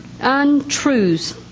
untruths